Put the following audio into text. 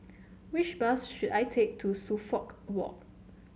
which bus should I take to Suffolk Walk